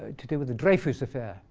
to do with the dreyfus affair.